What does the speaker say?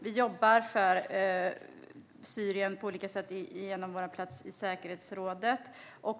Vi jobbar på olika sätt för Syrien genom vår plats i säkerhetsrådet.